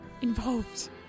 involved